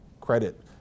credit